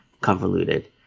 convoluted